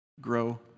grow